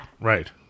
Right